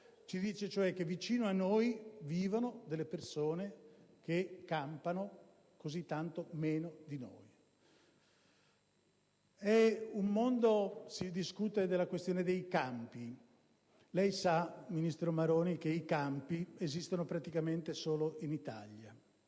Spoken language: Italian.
ci dice, cioè, che vicino a noi vivono persone che campano così tanto meno di noi. Si discute della questione dei campi. Lei sa, ministro Maroni, che i campi esistono praticamente solo in Italia.